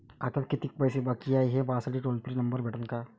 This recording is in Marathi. खात्यात कितीकं पैसे बाकी हाय, हे पाहासाठी टोल फ्री नंबर भेटन का?